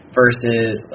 versus